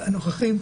מהנוכחים.